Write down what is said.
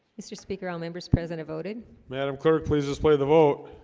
mr. speaker all members present i voted madam clerk, please display the vote